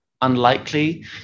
unlikely